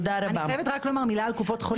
אני חייבת רק לומר מילה על קופות חולים.